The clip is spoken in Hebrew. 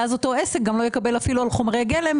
אותו עסק לא יקבל אפילו על חומרי גלם.